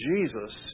Jesus